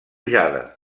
jade